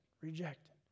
rejected